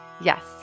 Yes